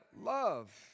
love